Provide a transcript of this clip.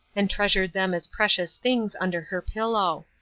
and treasured them as precious things under her pillow.